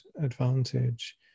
advantage